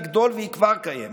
לגדול, והיא כבר קיימת.